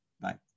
Bye